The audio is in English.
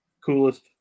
coolest